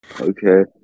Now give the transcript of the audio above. Okay